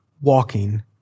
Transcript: walking